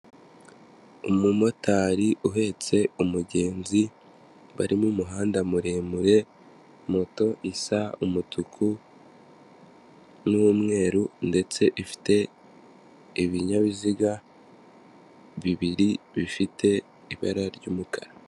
Umumotari uhetse umugenzi barimo umuhanda muremure, moto isa umutuku n'umweru ndetse ifite ibinyabiziga bibiri bifite ibara ry'umukara.